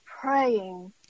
praying